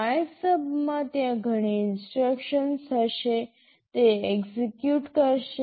MYSUB માં ત્યાં ઘણી ઇન્સટ્રક્શનસ હશે તે એક્સેક્યૂટ કરશે